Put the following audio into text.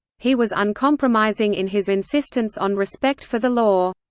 he was uncompromising in his insistence on respect for the law.